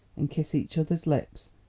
and kiss each other's lips,